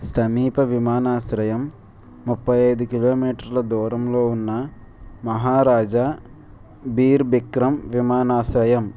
సమీప విమానాశ్రయం ముప్పై ఐదు కిలోమీటర్ల దూరంలో ఉన్న మహారాజా బీర్ బిక్రమ్ విమానాశ్రయం